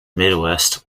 midwest